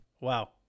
Wow